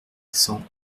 cents